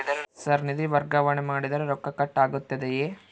Sir ನಿಧಿ ವರ್ಗಾವಣೆ ಮಾಡಿದರೆ ರೊಕ್ಕ ಕಟ್ ಆಗುತ್ತದೆಯೆ?